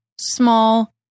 Small